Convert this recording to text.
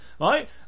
right